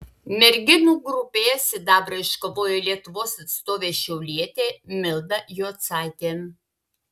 merginų grupėje sidabrą iškovojo lietuvos atstovė šiaulietė milda jocaitė